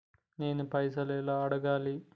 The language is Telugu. నేను పైసలు ఎలా అడగాలి?